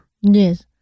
Yes